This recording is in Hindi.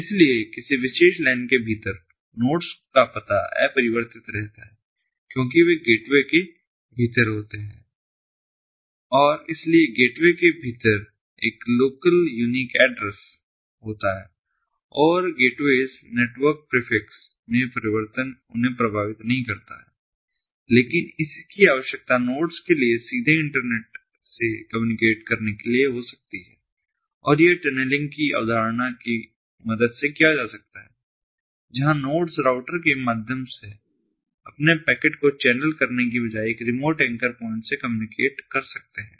इसलिए किसी विशेष LAN के भीतर Nodes का पता अपरिवर्तित रहता है क्योंकि वे Gateway के भीतर होते हैं और इसलिए Gateway के भीतर एक लोकल यूनीक ऐड्रेस होता है और गेटवेस नेटवर्क प्रीफिक्स में परिवर्तन उन्हें प्रभावित नहीं करता है लेकिन इसकी आवश्यकता नोड्स के लिए सीधे इंटरनेट से कम्यूनिकेट करने के लिए हो सकती है और यह टनलिंग की अवधारणा की मदद से किया जा सकता है जहां नोड्स राऊटर के माध्यम से अपने पैकेट को चैनल करने के बजाय एक रिमोट एंकर प्वाइंट से कम्युनिकेट कर सकते हैं